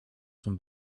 from